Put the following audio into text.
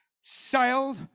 sailed